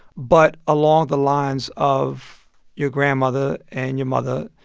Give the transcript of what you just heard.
but along the lines of your grandmother and your mother,